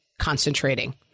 concentrating